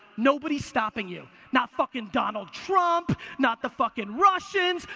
nobody's stopping you. not fucking donald trump, not the fucking russians,